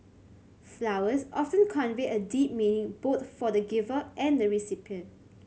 flowers often convey a deep meaning both for the giver and the recipient